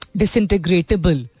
disintegratable